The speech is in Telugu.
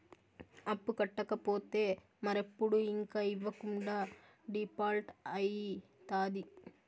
అప్పు కట్టకపోతే మరెప్పుడు ఇంక ఇవ్వకుండా డీపాల్ట్అయితాది